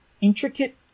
intricate